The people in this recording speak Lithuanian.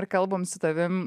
ir kalbam su tavimi